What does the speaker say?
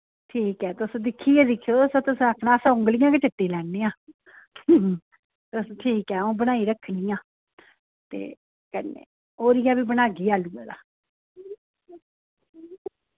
ठीक ऐ तुस दिक्खियै दिक्खेओ तुसें आक्खना अस औंगलियां वी चट्टी लैन्ने आं तुस ठीक ऐ अ'ऊं बनाई रक्खनी आं ते कन्नै ओरिआ बी बनाह्गी आलुऐ दा